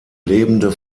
lebende